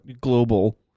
global